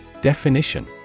Definition